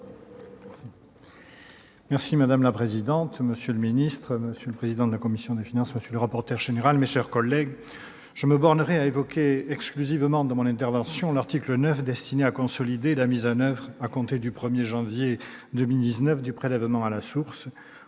Madame la présidente, monsieur le ministre, monsieur le président de la commission des finances, monsieur le rapporteur général, mes chers collègues, je me bornerai, dans mon intervention, à évoquer l'article 9, destiné à consolider la mise en oeuvre, à compter du 1 janvier 2019, du prélèvement à la source,